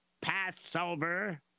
Passover